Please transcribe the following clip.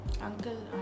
Uncle